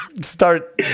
start